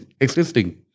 existing